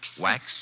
Wax